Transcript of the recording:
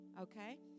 okay